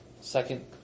second